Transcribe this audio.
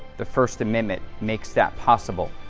the first amendment makes that possible.